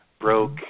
broke